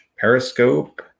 Periscope